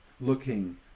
looking